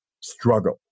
struggle